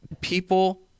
people